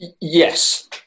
Yes